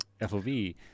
FOV